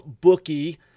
bookie